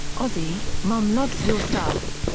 ozzy, mom loves your stuff.